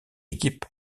équipe